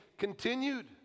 continued